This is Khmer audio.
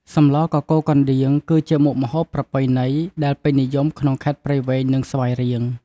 សម្លកកូរកណ្ដៀងគឺជាមុខម្ហូបប្រពៃណីដែលពេញនិយមក្នុងខេត្តព្រៃវែង និងស្វាយរៀង។